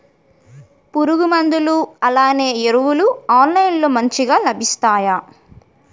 పురుగు మందులు అలానే ఎరువులు ఆన్లైన్ లో మంచిగా లభిస్తాయ?